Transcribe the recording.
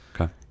Okay